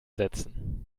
setzen